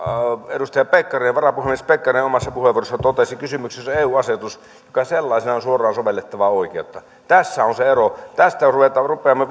edustaja varapuhemies pekkarinen omassa puheenvuorossaan totesi kysymyksessä on eu asetus joka sellaisenaan on suoraan sovellettavaa oikeutta tässä on se ero tästä jos rupeamme